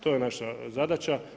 To je naša zadaća.